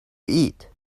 eat